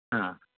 हां